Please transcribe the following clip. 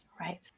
right